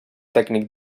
tècnic